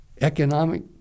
Economic